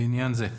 לעניין זה,